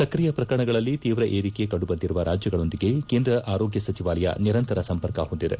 ಸ್ಕಿಯ ಪ್ರಕರಣಗಳಲ್ಲಿ ತೀವ್ರ ಏರಿಕೆ ಕಂಡು ಬಂದಿರುವ ರಾಜ್ಯಗಳೊಂದಿಗೆ ಕೇಂದ್ರ ಆರೋಗ್ಯ ಸಚಿವಾಲಯ ನಿರಂತರ ಸಂಪರ್ಕ ಹೊಂದಿದೆ